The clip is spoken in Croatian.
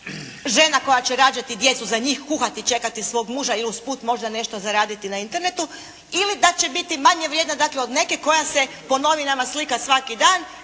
žena koja će rađati djecu, za njih kuhati i čekati svog muža i usput možda nešto zaraditi na internetu ili da će biti manje vrijedna dakle od neke koja se po novinama slika svaki dan